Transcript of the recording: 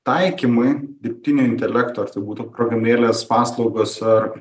taikymui dirbtinio intelekto ar tai būtų programėlės paslaugos ar